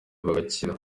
bagakira